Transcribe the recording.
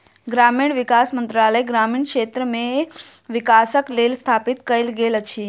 ग्रामीण विकास मंत्रालय ग्रामीण क्षेत्र मे विकासक लेल स्थापित कयल गेल अछि